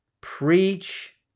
preach